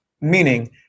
meaning